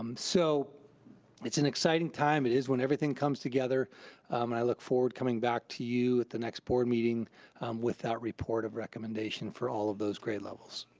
um so it's an exciting time, it is when everything comes together and i look forward to coming back to you at the next board meeting with that report of recommendation for all of those grade levels.